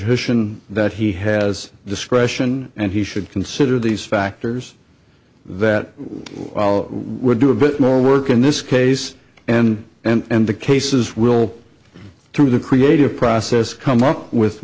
vission that he has discretion and he should consider these factors that would do a bit more work in this case and and the cases will through the creative process come up with